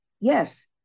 yes